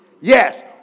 Yes